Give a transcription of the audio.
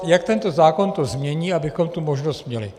Jak tento zákon to změní, abychom tu možnost měli?